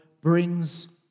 brings